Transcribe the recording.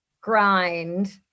Grind